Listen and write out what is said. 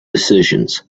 decisions